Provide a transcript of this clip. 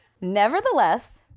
Nevertheless